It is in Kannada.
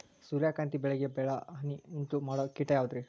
ಸೂರ್ಯಕಾಂತಿ ಬೆಳೆಗೆ ಭಾಳ ಹಾನಿ ಉಂಟು ಮಾಡೋ ಕೇಟ ಯಾವುದ್ರೇ?